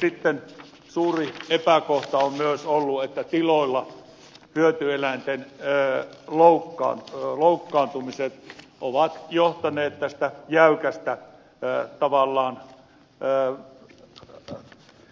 sitten suuri epäkohta on myös ollut että kun tiloilla hyötyeläinten jään loukkaa sen loukkaantumiset hyötyeläimiä loukkaantuu tästä tavallaan